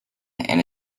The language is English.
and